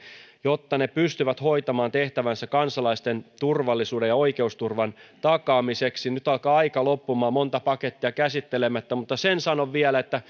jotta ne pystyvät hoitamaan tehtävänsä kansalaisten turvallisuuden ja oikeusturvan takaamiseksi nyt alkaa aika loppua monta pakettia on käsittelemättä mutta sen sanon vielä että